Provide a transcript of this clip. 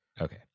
Okay